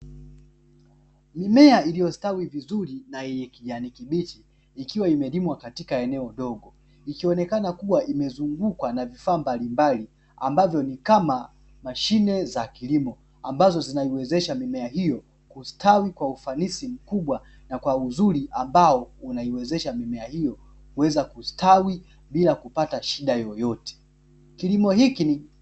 Mimea iliyostawi vizuri na yenye kijani kibichi ikiwa imelimwa katika eneo dogo, ikionekana kuwa imezungukwa na vifaa mbalimbali ambavyo ni kama mashine za kilimo, ambazo zinaiwezesha mimea hiyo kustawi kwa ufanisi mkubwa na kwa uzuri ambao unaiwezesha mimea hiyo kuweza kustawi bila kupata shida yoyote.